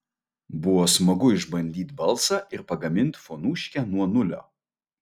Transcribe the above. buvo smagu išbandyt balsą ir pagamint fonuškę nuo nulio